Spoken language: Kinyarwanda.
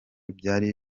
byari